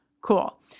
Cool